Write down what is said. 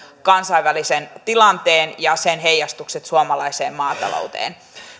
kansainvälisen tilanteen ja sen heijastukset suomalaiseen maatalouteen